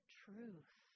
truth